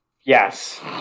Yes